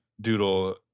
doodle